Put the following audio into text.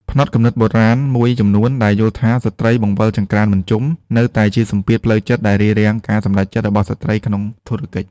ផ្នត់គំនិតបុរាណមួយចំនួនដែលយល់ថា "ស្ត្រីបង្វិលចង្ក្រានមិនជុំ" នៅតែជាសម្ពាធផ្លូវចិត្តដែលរារាំងការសម្រេចចិត្តរបស់ស្ត្រីក្នុងធុរកិច្ច។